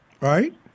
Right